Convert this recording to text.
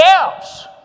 else